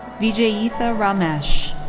vijayeetha ramesh.